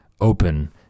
open